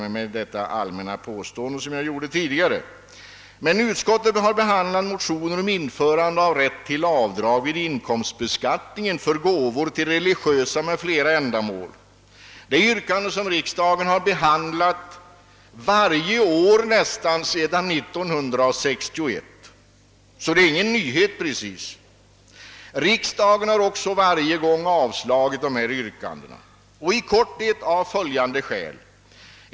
mig med det allmänna påstående jag tidigare gjorde och övergå till att säga något om reservation nr 1 till utskottets betänkande: Utskottet har. behandlat motioner om införande av rätt till avdrag vid inkomstbeskattningen för gåvor till religiösa m. fl; ändamål. Det är ett yrkande som riksdagen har behandlat nästan varje år sedan 1961, så det är ingen nyhet precis. Riksdagen har också varje gång avslagit detta yrkande i korthet av följande skäl.